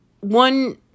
one